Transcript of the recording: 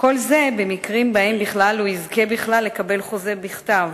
כל זה במקרים שבהם הוא יזכה בכלל לקבל חוזה בכתב,